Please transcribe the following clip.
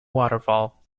waterfall